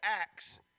Acts